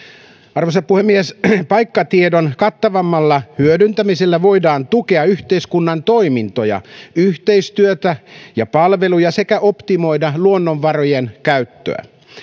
arvoisa puhemies paikkatiedon kattavammalla hyödyntämisellä voidaan tukea yhteiskunnan toimintoja yhteistyötä ja palveluja sekä optimoida luonnonvarojen käyttöä